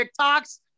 tiktoks